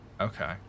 Okay